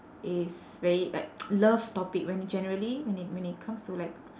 is very like love topic when generally when it when it comes to like